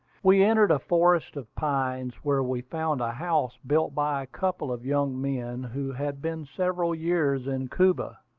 we entered a forest of pines, where we found a house built by a couple of young men who had been several years in cuba,